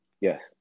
yes